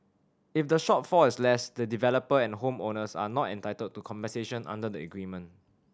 if the shortfall is less the developer and home owners are not entitled to compensation under the agreement